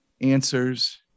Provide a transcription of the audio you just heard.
answers